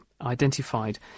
identified